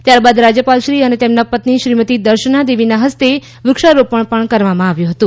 ત્યારબાદ રાજ્યપાલશ્રી અને તેમના પત્ની શ્રીમતી દર્શના દેવીના હસ્તે વૃક્ષારોપણ પણ કરવામાં આવ્યું હતું